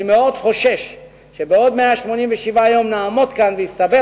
אני מאוד חושש שבעוד 187 יום נעמוד כאן ויסתבר